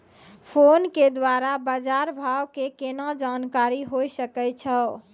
Phone के द्वारा बाज़ार भाव के केना जानकारी होय सकै छौ?